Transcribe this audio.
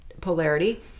polarity